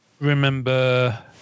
remember